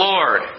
Lord